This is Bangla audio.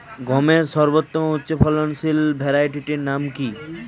গমের সর্বোত্তম উচ্চফলনশীল ভ্যারাইটি নাম কি?